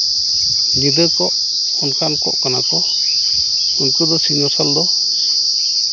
ᱧᱤᱫᱟᱹ ᱠᱚᱜ ᱚᱱᱠᱟᱱ ᱠᱚᱜ ᱠᱟᱱᱟ ᱠᱚ ᱩᱱᱠᱩ ᱫᱚ ᱥᱤᱧ ᱢᱟᱨᱥᱟᱞ ᱫᱚ